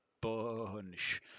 bunch